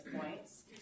points